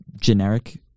generic